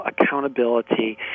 accountability